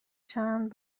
چند